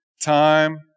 Time